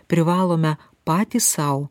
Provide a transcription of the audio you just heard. privalome patys sau